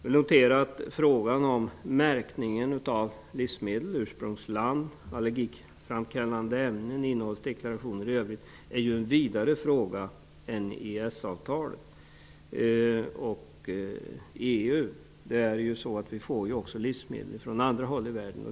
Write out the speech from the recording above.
Jag noterar att frågan om märkningen av livsmedels ursprungsland och allergiframkallande ämnen i innehållsdeklarationer i övrigt är en vidare fråga än EES-avtalet och EU. Vi får ju också livsmedel från andra håll i världen.